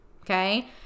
okay